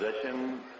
position